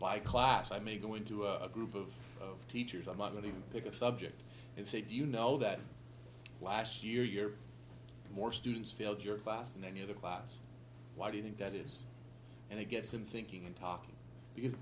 by class i may go into a group of of teachers i'm not going to pick a subject and see if you know that last year year more students failed your class than any other class why do you think that is and it gets them thinking and talking because